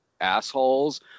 assholes